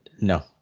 No